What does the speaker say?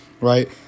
right